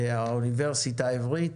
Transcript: האוניברסיטה העברית,